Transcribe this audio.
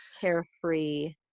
carefree